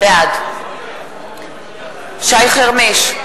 בעד שי חרמש,